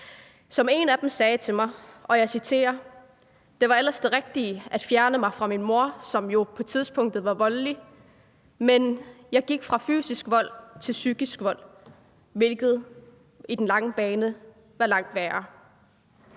Som en af dem sagde til mig – og jeg citerer: Det var ellers det rigtige at fjerne mig fra min mor, som jo på det tidspunkt var voldelig, men jeg gik fra fysisk vold til psykisk vold, hvilket på den lange bane var langt værre.